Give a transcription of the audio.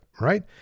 right